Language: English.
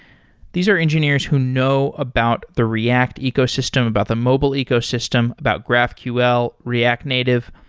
these are engineers who know about the react ecosystem, about the mobile ecosystem, about graphql, react native.